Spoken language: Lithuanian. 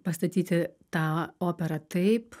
pastatyti tą operą taip